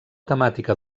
temàtica